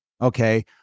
okay